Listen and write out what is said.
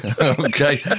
Okay